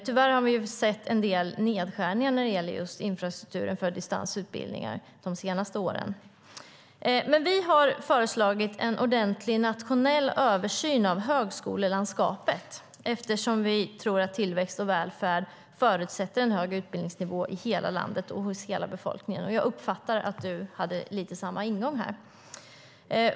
Tyvärr har man sett en del nedskärningar när det gäller infrastrukturen för distansutbildningar de senaste åren. Vi har föreslagit en ordentlig, nationell översyn av högskolelandskapet eftersom vi tror att tillväxt och välfärd förutsätter en högre utbildningsnivå i hela landet och hos hela befolkningen, och jag uppfattar att du hade lite samma ingång här.